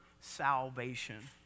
salvation